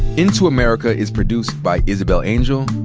into america is produced by isabel angel,